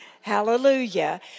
hallelujah